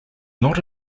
not